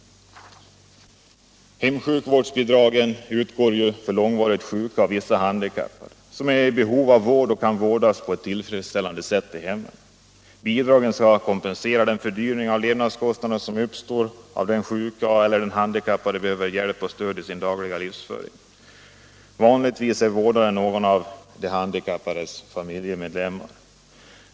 Hemsjukvårdsbidragen utgår till långvarigt sjuka och till vissa handikappade som är i behov av vård och kan vårdas på ett tillfredsställande sätt i hemmen. Bidragen skall kompensera den fördyring av levnadsomkostnaderna som uppstår genom att den sjuke eller handikappade behöver hjälp och stöd i sin dagliga livsföring. Vanligtvis är vårdaren någon av den handikappades familjemedlemmar.